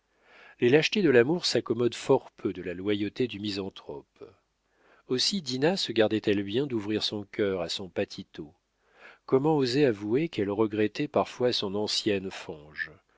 les lâchetés de l'amour s'accommodent fort peu de la loyauté du misanthrope aussi dinah se gardait elle bien d'ouvrir son cœur à son patito comment oser avouer qu'elle regrettait parfois son ancienne fange